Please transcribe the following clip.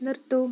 നിർത്തുക